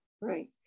Right